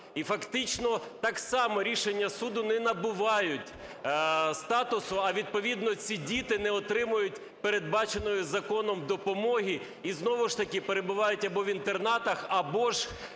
І фактично так само рішення суду не набувають статусу, а відповідно ці діти не отримають передбаченої законом допомоги і знову ж таки перебувають або в інтернатах, або ж